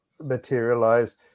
materialize